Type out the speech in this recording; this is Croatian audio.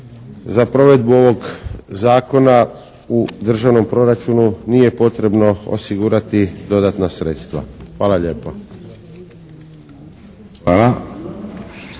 Za provedbu ovog zakona u državnom proračunu nije potrebno osigurati dodatna sredstva. Hvala lijepo.